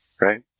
right